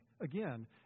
Again